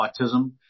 autism